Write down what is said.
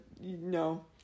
no